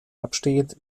abstehend